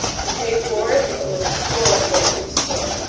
to pay for it, if it was a score of casks full.